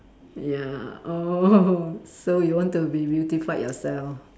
ya oh so you want to be beautify yourself